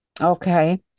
Okay